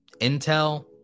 Intel